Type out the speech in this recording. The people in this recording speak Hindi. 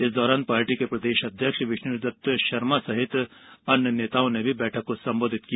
इस दौरान पार्टी के प्रदेश अध्यक्ष विष्णुदत्त शर्मा सहित अन्य नेताओं ने भी बैठक को संबोधित किया